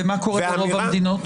ומה קורה ברוב המדינות, ב-87%?